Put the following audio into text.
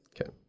Okay